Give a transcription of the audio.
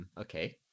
okay